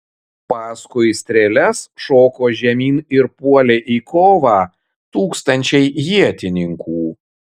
paskui strėles šoko žemyn ir puolė į kovą tūkstančiai ietininkų